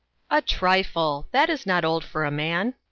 a trifle. that is not old for a man.